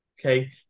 Okay